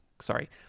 Sorry